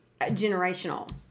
generational